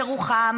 על ירוחם,